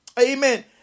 Amen